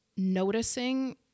noticing